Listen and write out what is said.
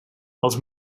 els